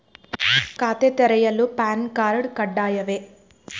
ಖಾತೆ ತೆರೆಯಲು PAN card ಕಡ್ಡಾಯವೇ?